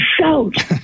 shout